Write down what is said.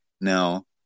Now